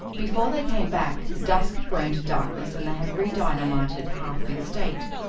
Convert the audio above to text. before they came back, the dusk had grown to darkness, and they had redynamited half the estate.